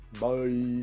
bye